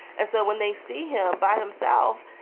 and so when they see him by himself,